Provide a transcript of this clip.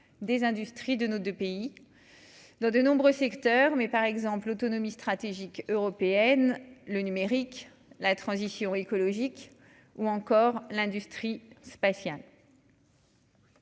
des industries de nos 2 pays dans de nombreux secteurs, mais par exemple, l'autonomie stratégique européenne, le numérique, la transition écologique ou encore l'industrie spatiale.